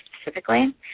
specifically